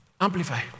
Amplify